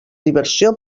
diversió